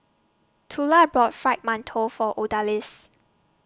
Tula bought Fried mantou For Odalis